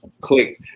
click